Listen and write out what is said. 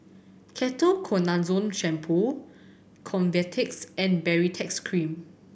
Ketoconazole Shampoo Convatec and Baritex Cream